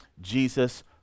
jesus